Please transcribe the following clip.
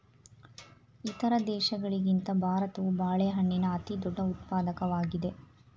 ಇತರ ದೇಶಗಳಿಗಿಂತ ಭಾರತವು ಬಾಳೆಹಣ್ಣಿನ ಅತಿದೊಡ್ಡ ಉತ್ಪಾದಕವಾಗಿದೆ